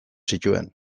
zituen